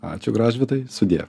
ačiū gražvydai sudie